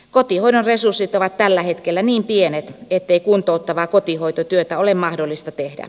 kotihoidon resurssit ovat tällä hetkellä niin pienet ettei kuntouttavaa kotihoitotyötä ole mahdollista tehdä